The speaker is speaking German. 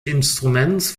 instruments